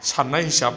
साननाय हिसाब